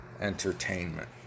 Entertainment